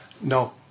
No